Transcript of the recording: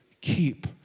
Keep